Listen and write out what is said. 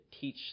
teach